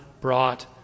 brought